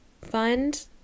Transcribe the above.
fund